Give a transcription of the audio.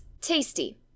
tasty